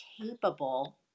capable